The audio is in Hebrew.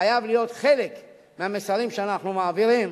חייב להיות חלק מהמסרים שאנחנו מעבירים.